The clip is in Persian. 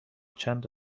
چند